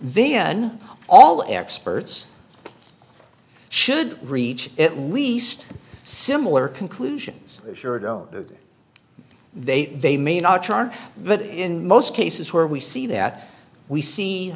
then all experts should reach at least similar conclusions sure don't they they may not but in most cases where we see that we see